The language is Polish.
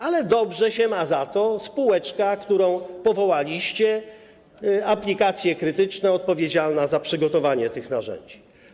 Ale dobrze ma się za to spółeczka, którą powołaliście: Aplikacje Krytyczne, odpowiedzialna za przygotowanie tych narzędzi.